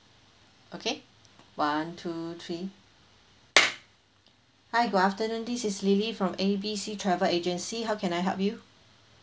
okay one two three hi good afternoon this is lily from A B C travel agency how can I help you